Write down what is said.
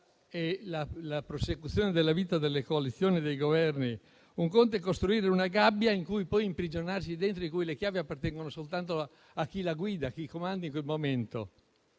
e la prosecuzione della vita delle coalizioni e dei Governi, un conto è costruire una gabbia in cui poi imprigionarsi dentro e le cui chiavi appartengono soltanto a chi la guida, a chi comanda in quel momento.